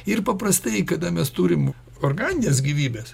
ir paprastai kada mes turim organinės gyvybės